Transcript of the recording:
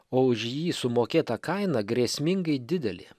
o už jį sumokėta kaina grėsmingai didelė